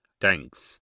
Thanks